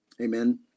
Amen